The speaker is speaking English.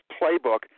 playbook